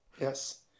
Yes